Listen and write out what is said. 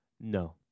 No